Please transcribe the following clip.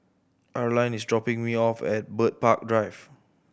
Arline is dropping me off at Bird Park Drive